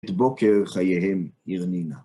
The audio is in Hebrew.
את בוקר חייהם הרנינה